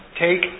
take